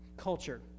Culture